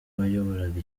wayoboraga